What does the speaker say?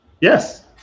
Yes